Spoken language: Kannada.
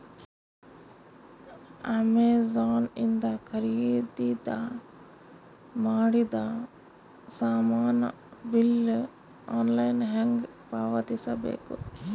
ಅಮೆಝಾನ ಇಂದ ಖರೀದಿದ ಮಾಡಿದ ಸಾಮಾನ ಬಿಲ್ ಆನ್ಲೈನ್ ಹೆಂಗ್ ಪಾವತಿಸ ಬೇಕು?